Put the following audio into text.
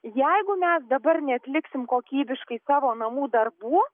jeigu mes dabar neatliksim kokybiškai savo namų darbų